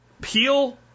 peel